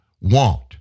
want